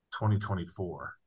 2024